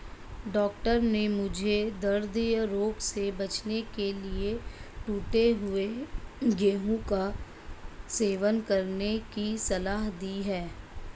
doctor ने मुझे हृदय रोग से बचने के लिए टूटे हुए गेहूं का सेवन करने की सलाह दी है